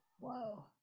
whoa